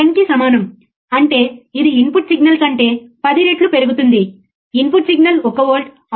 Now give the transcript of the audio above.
కాబట్టి ఓసిల్లోస్కోప్ ఇక్కడే ఉంది మరియు ఇక్కడ మీరు అవుట్పుట్ వోల్టేజ్ చూడవచ్చు